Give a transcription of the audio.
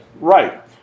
Right